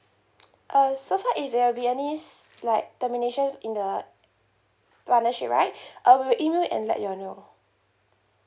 uh so far if there'll be any like termination in the partnership right uh we'll email and let y'all know